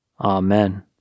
Amen